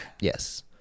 yes